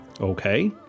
Okay